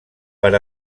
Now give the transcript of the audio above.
per